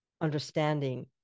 understanding